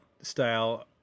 style